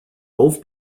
both